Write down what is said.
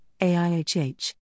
AIHH